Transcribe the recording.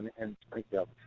and springfield.